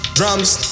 Drums